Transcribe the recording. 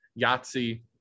Yahtzee